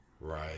Right